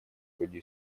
ходе